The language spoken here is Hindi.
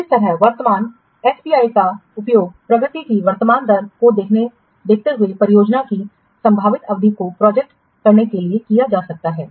इसी तरह वर्तमान एसपीआई का उपयोग प्रगति की वर्तमान दर को देखते हुए परियोजना की संभावित अवधि को प्रोजेक्ट करने के लिए भी किया जा सकता है